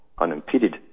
Unimpeded